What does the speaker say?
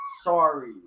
Sorry